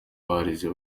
barize